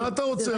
מה אתה רוצה?